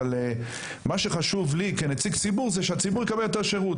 אבל מה שחשוב לי כנציג ציבור זה שהציבור יקבל את השירות,